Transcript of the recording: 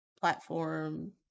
platform